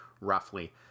roughly